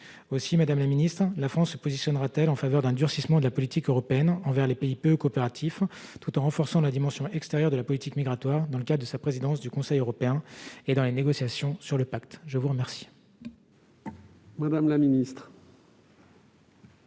Aussi, madame la ministre, la France se positionnera-t-elle en faveur d'un durcissement de la politique européenne envers les pays peu coopératifs, tout en renforçant la dimension extérieure de la politique migratoire, dans le cadre de sa présidence du Conseil européen et dans les négociations sur le pacte européen pour l'asile